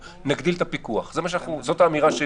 לא הדלפה, מה העניין, מה ההתרשמות?